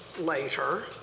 later